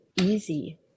easy